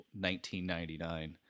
1999